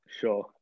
Sure